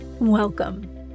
Welcome